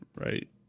right